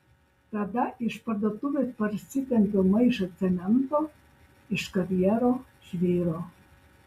tada iš parduotuvės parsitempiau maišą cemento iš karjero žvyro